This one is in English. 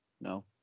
No